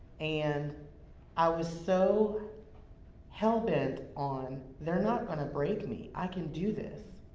and i was so hellbent on. they're not gonna break me. i can do this.